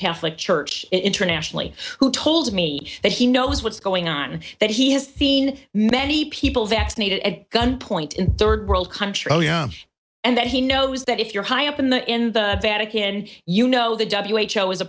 catholic church internationally who told me that he knows what's going on that he has seen many people vaccinated at gunpoint in third world countries and that he knows that if you're high up in the in the vatican you know the w h o is a